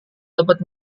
dapat